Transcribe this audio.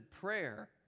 prayer